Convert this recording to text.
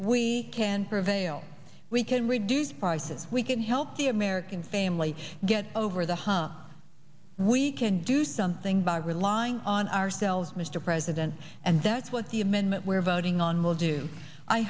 we can prevail we can reduce prices we can help the american family get over the hump we can do something by relying on ourselves mr president and that's what the amendment we're voting on will do i